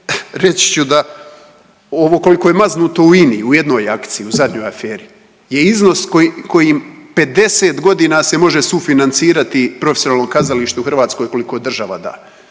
reći ću da ovo, koliko je maznuto u INA-u u jednoj akciji u zadnjoj aferi je iznos kojim 50 godina se može sufinancirati profesionalno kazalište u Hrvatskoj koliko država da.